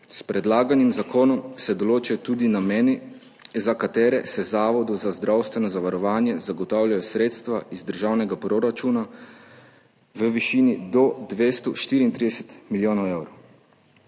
S predlaganim zakonom se določajo tudi nameni, za katere se Zavodu za zdravstveno zavarovanje zagotavljajo sredstva iz državnega proračuna v višini do 234 milijonov evrov.